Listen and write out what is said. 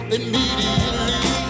immediately